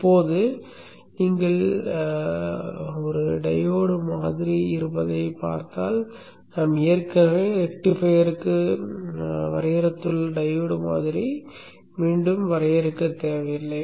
இப்போது இங்கே நீங்கள் ஒரு டையோடு மாதிரி இருப்பதைக் கண்டால் நாம் ஏற்கனவே ரெக்டிஃபையருக்கு வரையறுத்துள்ள டையோடு மாதிரி மீண்டும் வரையறுக்க தேவையில்லை